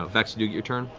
ah vex, and your turn,